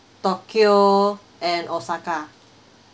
tokyo and osaka